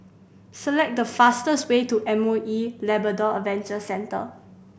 select the fastest way to M O E Labrador Adventure Centre